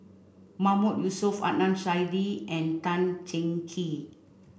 Mahmood Yusof Adnan Saidi and Tan Cheng Kee